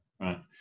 right